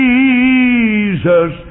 Jesus